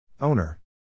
Owner